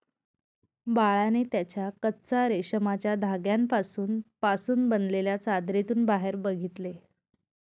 बाळाने त्याच्या कच्चा रेशमाच्या धाग्यांपासून पासून बनलेल्या चादरीतून बाहेर बघितले